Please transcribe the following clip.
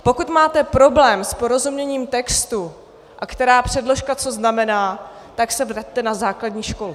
Pokud máte problém s porozuměním textu, a která předložka co znamená, tak se vraťte na základní školu.